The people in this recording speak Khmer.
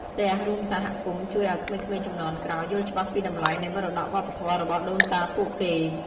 ផ្ទះរួមសហគមន៍ជួយឲ្យ ក្មេងៗជំនាន់ក្រោយ យល់ច្បាស់ពីតម្លៃនៃមរតកវប្បធម៌របស់ដូនតាពួកគេ។